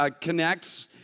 connects